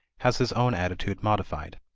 has his own attitude modified.